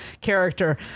character